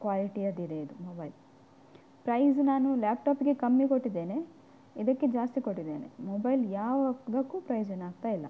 ಕ್ವಾಲಿಟಿಯದ್ದಿದೆ ಇದು mobile price ನಾನು ಲ್ಯಾಪ್ಟಾಪಿಗೆ ಕಮ್ಮಿ ಕೊಟ್ಟಿದ್ದೇನೆ ಇದಕ್ಕೆ ಜಾಸ್ತಿ ಕೊಟ್ಟಿದ್ದೇನೆ ಮೊಬೈಲ್ ಯಾವುದಕ್ಕೂ ಪ್ರಯೋಜನ ಆಗುತ್ತಾ ಇಲ್ಲ